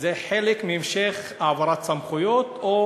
המשך העברת חלק מהסמכויות, או